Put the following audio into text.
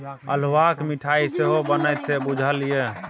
अल्हुआक मिठाई सेहो बनैत छै बुझल ये?